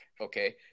okay